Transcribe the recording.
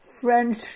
french